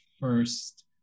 first